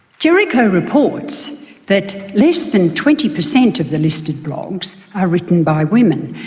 jericho reports that less than twenty percent of the listed blogs are written by women,